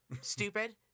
stupid